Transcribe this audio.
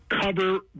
cover